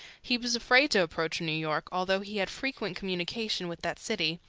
he was afraid to approach new york, although he had frequent communication with that city,